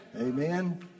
Amen